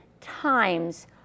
times